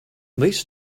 this